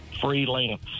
Freelance